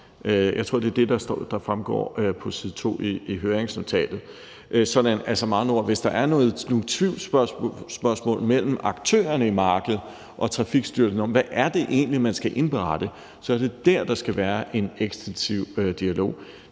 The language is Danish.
Jeg tror, det er det, der fremgår på side 2 i høringsnotatet. Altså med andre ord: Hvis der er nogen tvivlsspørgsmål mellem aktørerne i markedet og Trafikstyrelsen om, hvad det egentlig er, man skal indberette, er det der, der skal være en ekstensiv dialog.